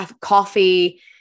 coffee